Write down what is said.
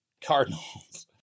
Cardinals